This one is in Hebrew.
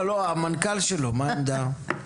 לא, המנכ"ל שלו, מה העמדה?